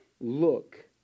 look